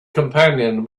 companion